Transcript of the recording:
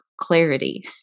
clarity